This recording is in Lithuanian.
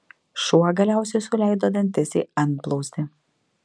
šuo galiausiai suleido dantis į antblauzdį